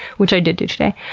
which i did do today.